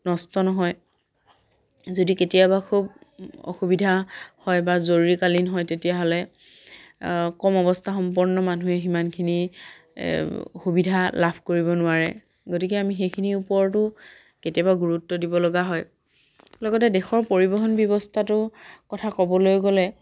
নষ্ট নহয় যদি কেতিয়াবা খুব অসুবিধা হয় বা জৰুৰীকালীন তেতিয়াহ'লে কম অৱস্থা সম্পন্ন মানুহে সিমানখিনি সুবিধা লাভ কৰিব নোৱাৰে গতিকে আমি সেইখিনিৰ ওপৰতো কেতিয়াবা গুৰুত্ব দিব লগা হয় লগতে দেশৰ পৰিবহণ ব্যৱস্থাটোৰ কথা ক'বলৈ গ'লে